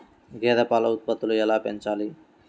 గేదె పాల ఉత్పత్తులు ఎలా పెంచాలి?